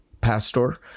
pastor